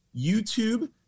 YouTube